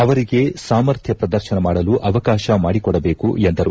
ಅವರಿಗೆ ಸಾಮರ್ಥ್ಯ ಪ್ರದರ್ಶನ ಮಾಡಲು ಅವಕಾಶ ಮಾಡಿಕೊಡಬೇಕು ಎಂದರು